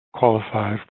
qualified